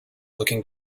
looking